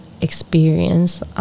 experience